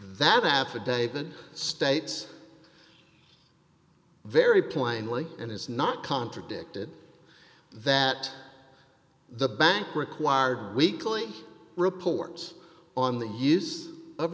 that affidavit states very plainly and it's not contradicted that the bank required weekly reports on the use of